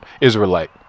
Israelite